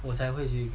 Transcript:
才会去